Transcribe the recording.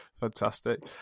Fantastic